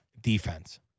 defense